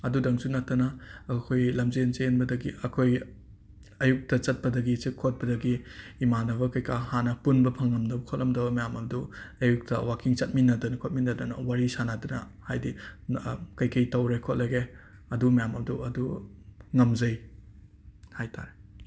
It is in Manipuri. ꯑꯗꯨꯗꯪꯁꯨ ꯅꯠꯇꯅ ꯑꯩꯈꯣꯏ ꯂꯝꯖꯦꯟ ꯆꯦꯟꯕꯗꯒꯤ ꯑꯩꯈꯣꯏ ꯑꯌꯨꯛꯇ ꯆꯠꯄꯗꯒꯤ ꯆꯠ ꯈꯣꯠꯄꯗꯒꯤ ꯏꯃꯥꯅꯕ ꯀꯩ ꯀꯥ ꯍꯥꯟꯅ ꯄꯨꯟꯕ ꯐꯡꯉꯝꯗꯕ ꯈꯣꯠꯂꯝꯗꯕ ꯃꯌꯥꯝ ꯑꯗꯨ ꯑꯌꯨꯛꯇ ꯋꯥꯀꯤꯡ ꯆꯠꯃꯤꯟꯅꯗꯅ ꯈꯣꯠꯃꯤꯟꯅꯗꯅ ꯋꯥꯔꯤ ꯁꯥꯅꯗꯨꯅ ꯍꯥꯏꯗꯤ ꯀꯔꯤ ꯀꯔꯤ ꯇꯧꯔꯦ ꯈꯣꯠꯂꯒꯦ ꯑꯗꯨ ꯃꯌꯥꯝ ꯑꯗꯣ ꯑꯗꯨ ꯉꯝꯖꯩ ꯍꯥꯏ ꯇꯥꯔꯦ